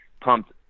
pumped